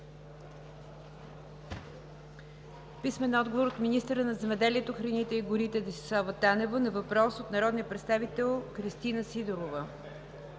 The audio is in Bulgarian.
Иванов; - министъра на земеделието, храните и горите Десислава Танева на въпрос от народния представител Кристина Сидорова;